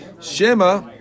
Shema